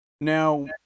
Now